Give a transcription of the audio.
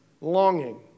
longing